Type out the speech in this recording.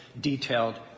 detailed